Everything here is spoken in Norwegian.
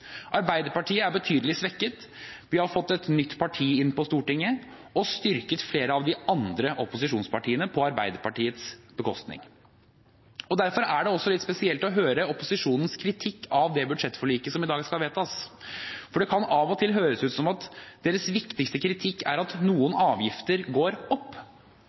Arbeiderpartiet er betydelig svekket, vi har fått et nytt parti inn på Stortinget, og flere av de andre opposisjonspartiene er styrket på Arbeiderpartiets bekostning. Derfor er det også litt spesielt å høre opposisjonens kritikk av det budsjettforliket som i dag skal vedtas. For det kan av og til høres ut som om deres viktigste kritikk er at noen avgifter går opp.